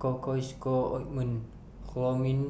Cocois Co Ointment Chlormine